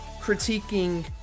critiquing